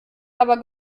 aber